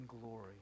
glory